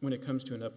when it comes to an up